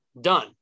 done